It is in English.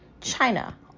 China